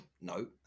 no